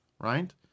right